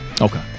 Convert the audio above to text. Okay